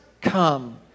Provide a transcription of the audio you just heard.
come